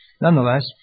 nonetheless